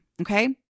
okay